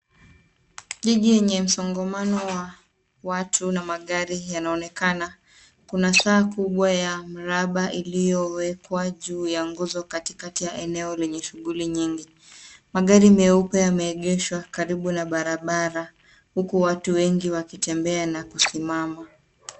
Jiji yenye msongamano wa watu na magari yanaonekana. Kuna saa kubwa ya mraba iliyowekwa juu ya nguzo katikati ya eneo lenye shughuli nyingi . Magari meupe yameegeshwa karibu na barabara huku watu wengi wakitembea na kusimama.